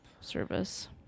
service